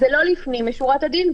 זה לא לפנים משורת הדין,